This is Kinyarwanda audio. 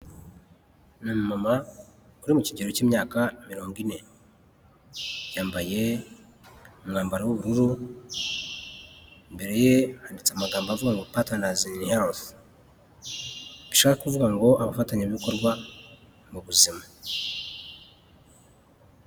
Ni umumama uri mu kigero cy'imyaka mirongo ine, yambaye umwambaro w'ubururu, mbere handitse amagambo avuga ngo patenazi ini herifu, bishatse kuvuga ngo abafatanyabikorwa mu buzima.